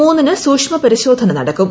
മൂന്നിന് സൂക്ഷ്മ പരിശോധന നടക്കും